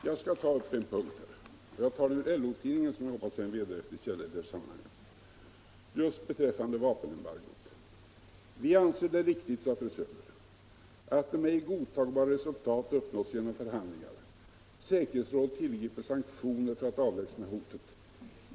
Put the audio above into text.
Jag skall ta upp en punkt ur LO-tidningen, som jag hoppas är en vederhäftig källa i sammanhanget, just beträffande vapenembargot: ”Vi anser det riktigt” sade fru Söder, ”att, om ej godtagbara resultat uppnås genom förhandlingar, säkerhetsrådet tillgriper sanktioner för att avlägsna hotet.